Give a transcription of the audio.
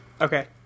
Okay